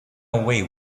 away